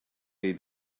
they